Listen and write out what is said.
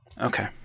Okay